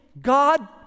God